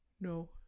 No